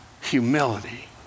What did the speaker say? humility